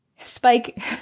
Spike